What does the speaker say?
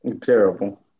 Terrible